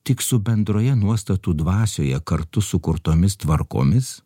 tik su bendroje nuostatų dvasioje kartu sukurtomis tvarkomis